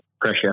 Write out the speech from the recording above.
pressure